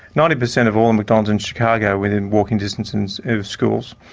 ninety per cent of all mcdonald's in chicago are within walking distance of schools.